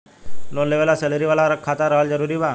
Loan लेवे ला salary वाला खाता रहल जरूरी बा?